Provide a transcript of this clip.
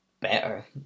better